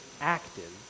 active